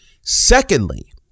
Secondly